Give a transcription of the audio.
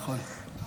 נכון.